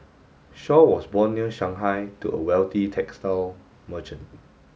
Shaw was born near Shanghai to a wealthy textile merchant